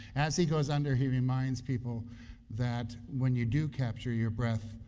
as he goes under, he reminds people that when you do capture your breath,